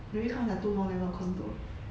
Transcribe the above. maybe because I too long never contour